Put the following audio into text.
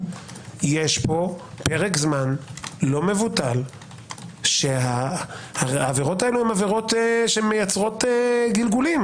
יש פה פרק זמן לא מבוטל שהעבירות האלו הם עבירות שמייצרות גלגולים.